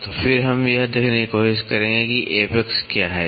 तो फिर हम यह देखने की कोशिश करेंगे कि एपेक्स क्या है